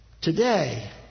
today